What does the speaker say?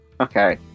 okay